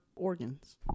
organs